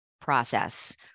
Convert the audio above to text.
process